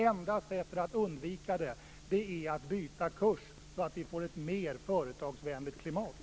Enda sättet att undvika det är att byta kurs, så att vi får ett mer företagsvänligt klimat.